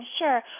Sure